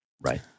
Right